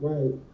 Right